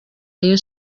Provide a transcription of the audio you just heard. rayon